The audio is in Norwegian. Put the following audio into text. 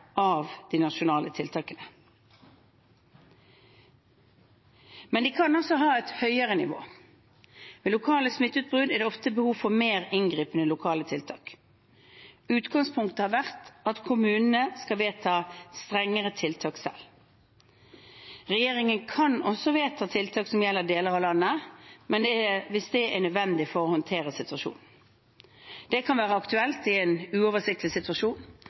av de nasjonale tiltakene. Men de kan ha et høyere nivå. Ved lokale smitteutbrudd er det ofte behov for mer inngripende lokale tiltak. Utgangspunktet har vært at kommunene skal vedta strengere tiltak selv. Regjeringen kan også vedta tiltak som gjelder i deler av landet, men det er hvis det er nødvendig for å håndtere situasjonen. Det kan være aktuelt i en uoversiktlig situasjon